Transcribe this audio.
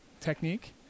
technique